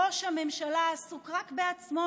ראש הממשלה עסוק רק בעצמו,